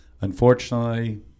unfortunately